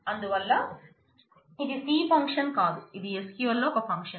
అందువల్ల ఇది C లో ఫంక్షన్ కాదు ఇది SQLలో ఒక ఫంక్షన్